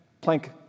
plank